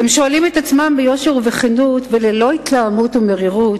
הם שואלים את עצמם ביושר ובכנות וללא התלהמות ומרירות,